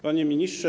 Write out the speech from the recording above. Panie Ministrze!